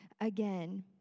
again